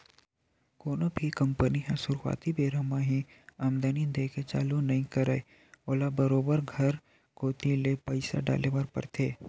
कोनो भी कंपनी ह सुरुवाती बेरा म ही आमदानी देय के चालू नइ करय ओला बरोबर घर कोती ले पइसा डाले बर परथे